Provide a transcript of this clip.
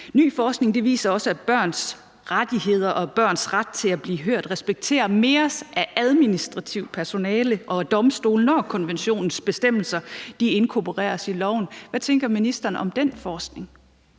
Ny forskning viser også, at børns rettigheder og børns ret til at blive hørt respekteres mere af administrativt personale og af domstolene, når konventionens bestemmelser inkorporeres i loven. Hvad tænker ministeren om den forskning?